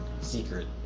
secret